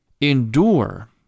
endure